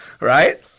Right